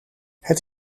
het